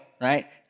right